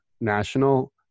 national